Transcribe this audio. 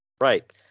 Right